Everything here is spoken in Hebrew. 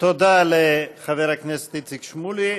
תודה לחבר הכנסת איציק שמולי.